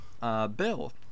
Bill